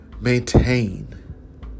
maintain